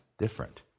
different